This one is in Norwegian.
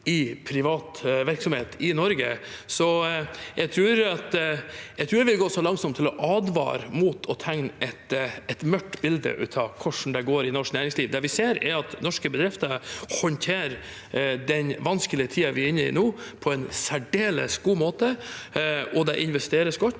i privat virksomhet i Norge, så jeg tror jeg vil gå så langt som til å advare mot å tegne et mørkt bilde av hvordan det går i norsk næringsliv. Det vi ser, er at norske bedrifter håndterer den vanskelige tiden vi er inne i nå, på en særdeles god måte. Det investeres godt,